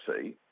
see